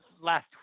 last